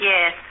Yes